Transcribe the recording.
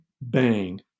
bang